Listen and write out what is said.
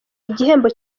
igihembo